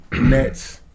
Nets